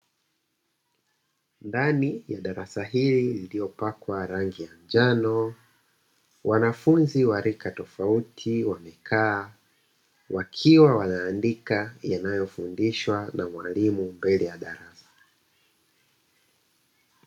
Ndani ya darasa hili lililopakwa rangi ya njano, wanafunzi wa rika tofauti wamekaa wakiwa wanaandika yanayofundishwa na mwalimu mbele ya darasa.